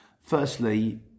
Firstly